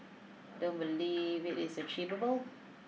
don't believe it is achievable